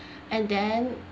and then